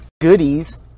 goodies